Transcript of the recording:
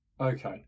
Okay